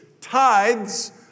tithes